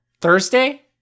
Thursday